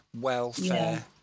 welfare